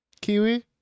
Kiwi